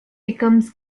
become